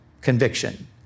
conviction